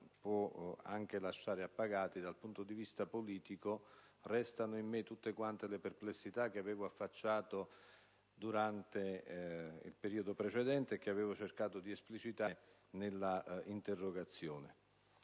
può anche lasciare appagati, ma dal punto di vista politico restano in me tutte le perplessità che avevo manifestato durante il periodo precedente e che avevo cercato di esplicitare nell'interrogazione.